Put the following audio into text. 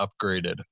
upgraded